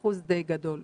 אחוז די גדול.